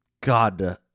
God